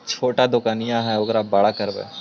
छोटा दोकनिया है ओरा बड़ा करवै?